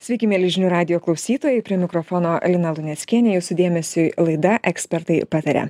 sveiki mieli žinių radijo klausytojai prie mikrofono lina luneckienė jūsų dėmesiui laida ekspertai pataria